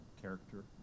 character